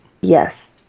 Yes